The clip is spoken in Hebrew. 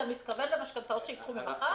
אתה מתכוון למשכנתאות שייקחו ממחר?